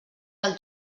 del